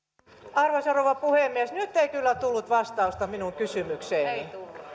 arvoisa rouva puhemies nyt ei kyllä tullut vastausta minun kysymykseeni